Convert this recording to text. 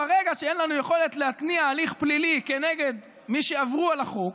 ברגע שאין לנו יכולת להתניע הליך פלילי כנגד מי שעברו על החוק,